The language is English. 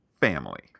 family